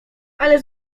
ale